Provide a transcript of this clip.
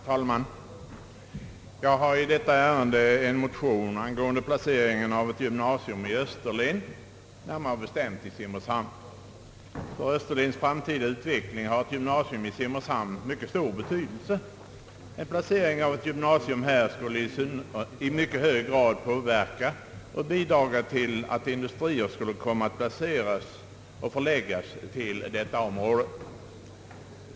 Herr talman! Jag har i detta ärende en motion angående placering av ett gymnasium i Österlen, närmare bestämt i Simrishamn. För Österlens framtida utveckling har ett gymnasium i Simrishamn en mycket stor betydelse. En placering av ett gymnasium här skulle bidra till att industrier förläggs till detta område.